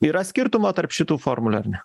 yra skirtumo tarp šitų formulių ar ne